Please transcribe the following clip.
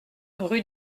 rue